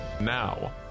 Now